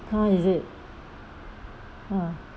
!huh! is it ah